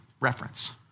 reference